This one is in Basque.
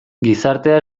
gizartea